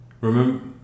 Remember